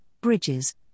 bridges